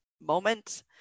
moment